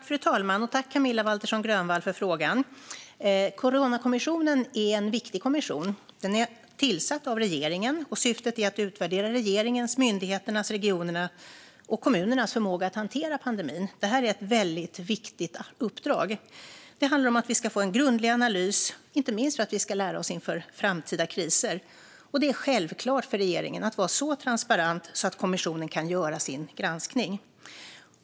Fru talman! Tack, Camilla Waltersson Grönvall, för frågan! Coronakommissionen är en viktig kommission. Den är tillsatt av regeringen, och syftet är att utvärdera regeringens, myndigheternas, regionernas och kommunernas förmåga att hantera pandemin. Det är ett väldigt viktigt uppdrag. Det handlar om att vi ska få en grundlig analys, inte minst för att vi ska lära oss inför framtida kriser. Och det är självklart för regeringen att vara så transparent att kommissionen kan göra sin granskning.